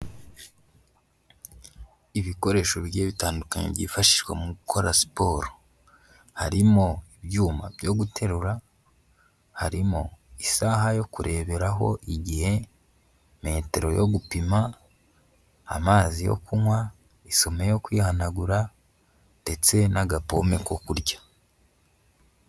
Ibikoresho bigiye bitandukanye byifashishwa mu gukora siporo, harimo ibyuma byo guterura, harimo isaha yo kureberaho igihe, metero yo gupima, amazi yo kunywa, isume yo kwihanagura ndetse n'agapome ko kurya.